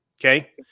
Okay